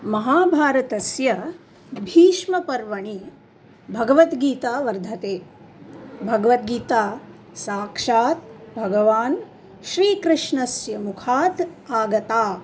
महाभारतस्य भीष्मपर्वणि भगवद्गीता वर्तते भगवद्गीता साक्षात् भगवान् श्रीकृष्णस्य मुखात् आगता